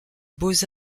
beaux